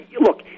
look